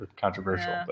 controversial